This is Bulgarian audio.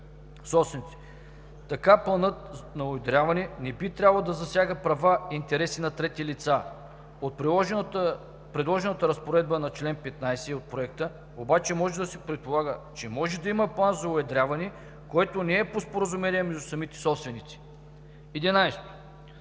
собственици. Така планът за уедряване не би трябвало да засяга права и интереси на трети лица. От предложената разпоредба на чл. 15 от Проекта обаче може да се предполага, че може да има план за уедряване, който не е по споразумение между самите собственици. 11.